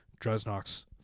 Dresnok's